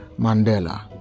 Mandela